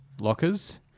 Lockers